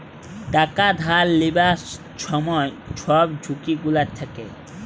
টাকা ধার লিবার ছময় ছব ঝুঁকি গুলা থ্যাকে